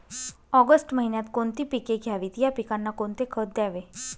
August महिन्यात कोणती पिके घ्यावीत? या पिकांना कोणते खत द्यावे?